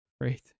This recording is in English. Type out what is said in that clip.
Great